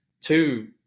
two